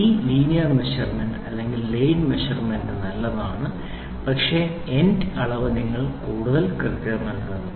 ഈ linear measurement അല്ലെങ്കിൽ line measurement നല്ലതാണ് പക്ഷേ ഏൻഡ് അളവ് നിങ്ങൾക്ക് കൂടുതൽ കൃത്യത നൽകുന്നു